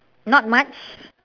not much